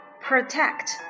Protect